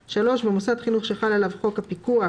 במוסד חינוך שחל עליו חוק הפיקוח